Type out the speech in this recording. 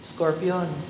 Scorpion